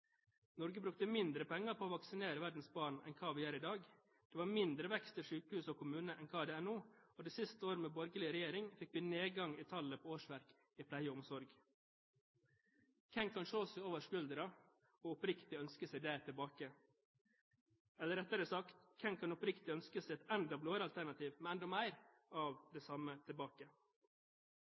Norge brukte mindre penger på å vaksinere verdens barn enn hva vi gjør i dag, det var mindre vekst til sykehus og kommuner enn hva det er nå, og det siste året med borgerlig regjering fikk vi nedgang i tallet på årsverk i pleie og omsorg. Hvem kan se seg over skulderen og oppriktig ønske seg dette tilbake? Eller, rettere sagt: Hvem kan oppriktig ønske seg et enda blåere alternativ, med enda mer av det samme?